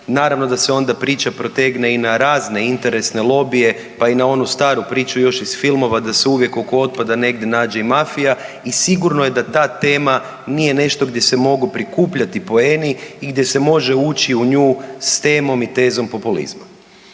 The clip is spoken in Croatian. Naravno da se onda priča protegne i na razne interesne lobije pa i na onu staru priču još iz filmova da se uvijek oko otpada negdje nađe i mafija i sigurno da ta tema nije nešto gdje se mogu prikupljati poeni i gdje se može ući u nju s temom i tezom populizma.